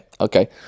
okay